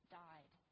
died